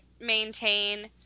maintain